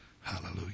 Hallelujah